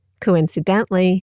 Coincidentally